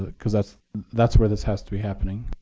because that's that's where this has to be happening,